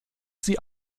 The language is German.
sie